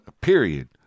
period